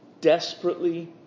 desperately